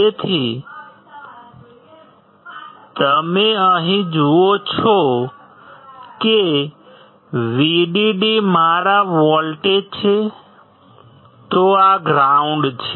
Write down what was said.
તેથી તમે અહીં જુઓ છો કે જો VDD મારા વોલ્ટેજ છે તો આ ગ્રાઉન્ડ છે